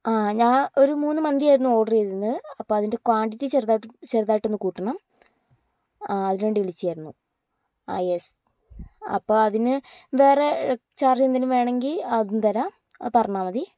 ഞാൻ ഒരു മൂന്ന് മന്തി ആയിരുന്നു ഓർഡർ ചെയ്തിരുന്നത് അപ്പോൾ അതിൻ്റെ ക്വാണ്ടിറ്റി ചെറുതായി ചെറുതായിട്ട് ഒന്ന് കൂട്ടണം അതിനു വേണ്ടി വിളിച്ചതായിരുന്നു ആ യെസ് അപ്പോൾ അതിനു വേറെ ചാർജ് എന്തെങ്കിലും വേണമെങ്കിൽ അതും തരാം പറഞ്ഞാൽ മതി